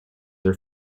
are